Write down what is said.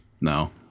No